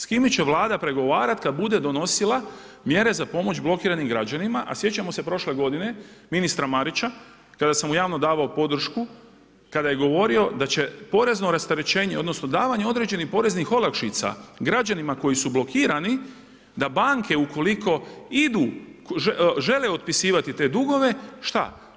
S kime će Vlada pregovarati kada bude donosila mjere za pomoć blokiranih građana, a sjećamo se prošle godine, ministra Marića, kada sam mu javno davao podršku, kada je govorio da će porezno rasterećenje, odnosno, davanje određenih poreznih olakšica, građanima koji su blokirani, da banke ukoliko idu, žele otpisivati te dugove, šta?